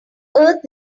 earth